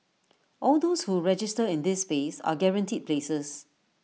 all those who register in this phase are guaranteed places